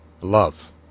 Love